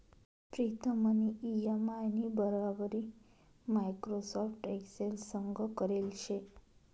प्रीतमनी इ.एम.आय नी बराबरी माइक्रोसॉफ्ट एक्सेल संग करेल शे